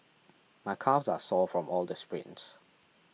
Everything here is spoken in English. my calves are sore from all the sprints